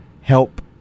help